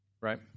right